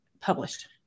published